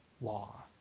law